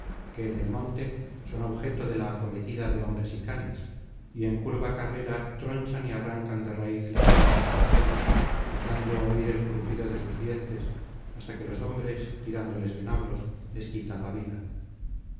que en el monte son objeto de la acometida de hombres y canes y en curva carrera tronchan y arrancan de raíz las plantas de la selva dejando oir el crujido de sus dientes hasta que los hombres tirándoles venablos les quitan la vida